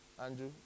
Andrew